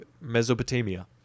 Mesopotamia